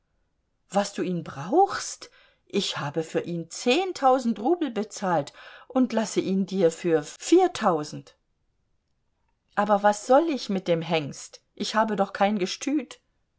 was du ihn brauchst ich habe für ihn zehntausend rubel bezahlt und lasse ihn dir für viertausend aber was soll ich mit dem hengst ich habe doch kein gestüt